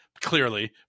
clearly